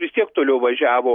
vis tiek toliau važiavo